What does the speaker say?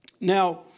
now